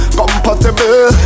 compatible